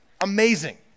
amazing